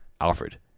Alfred